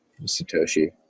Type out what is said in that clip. Satoshi